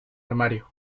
armario